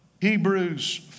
Hebrews